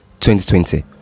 2020